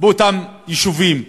באותם יישובים.